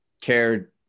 cared